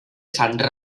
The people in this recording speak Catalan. sant